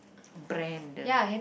brand